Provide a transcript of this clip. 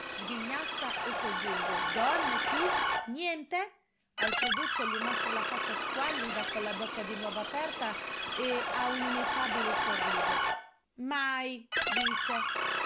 sghignazza e soggiunge donne tu niente alfreduccio gli mostra la faccia squallida con la bocca di nuovo aperta a un ineffabile sorriso mai dice